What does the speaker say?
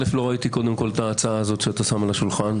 לא ראיתי קודם כל את ההצעה הזאת שאתה שם על השולחן.